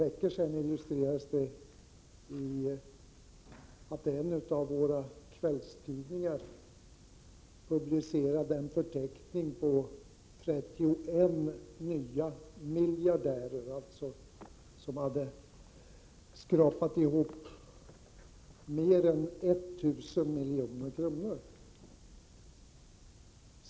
En sådan illustration fick vi se för ett par veckor sedan, när en av kvällstidningarna publicerade en förteckning på 31 nya miljardärer, som hade skrapat ihop mer än 1 000 milj.kr.